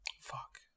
Fuck